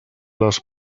les